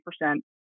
percent